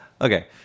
Okay